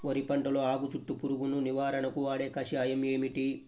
వరి పంటలో ఆకు చుట్టూ పురుగును నివారణకు వాడే కషాయం ఏమిటి?